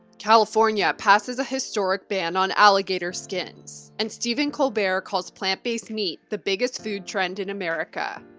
california passes a historic ban on alligator skins, and stephen colbert calls plant-based meat the biggest food trend in america.